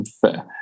Fair